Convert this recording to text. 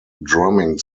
drumming